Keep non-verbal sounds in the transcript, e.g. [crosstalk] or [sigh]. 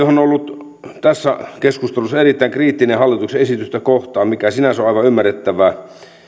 [unintelligible] on ollut tässä keskustelussa erittäin kriittinen hallituksen esitystä kohtaan mikä sinänsä on aivan ymmärrettävää